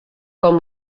com